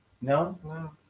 No